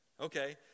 Okay